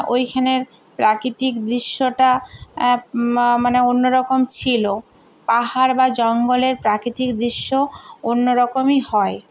ওইখানের প্রাকৃতিক দৃশ্যটা মানে অন্যরকম ছিল পাহাড় বা জঙ্গলের প্রাকৃতিক দৃশ্য অন্য রকমই হয়